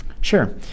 Sure